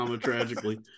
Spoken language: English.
Tragically